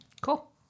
cool